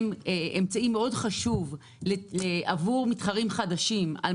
הם אמצעי מאוד חשוב עבור מתחרים חדשים על